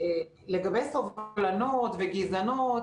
לגבי סובלנות וגזענות,